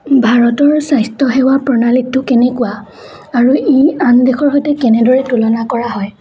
ভাৰতৰ স্বাস্থ্যসেৱাৰ প্ৰণালীটো কেনেকুৱা আৰু ই আন দেশৰ সৈতে কেনেদৰে তুলনা কৰা হয়